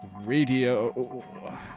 Radio